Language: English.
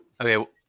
Okay